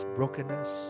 brokenness